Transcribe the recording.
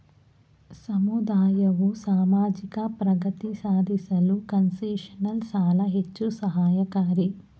ಸಮುದಾಯವು ಸಾಮಾಜಿಕ ಪ್ರಗತಿ ಸಾಧಿಸಲು ಕನ್ಸೆಷನಲ್ ಸಾಲ ಹೆಚ್ಚು ಸಹಾಯಕಾರಿ